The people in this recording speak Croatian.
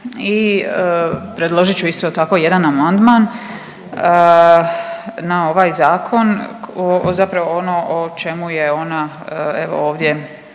i predložit ću isto tako, jedan amandman na ovaj Zakon, zapravo ono o čemu je ona, evo ovdje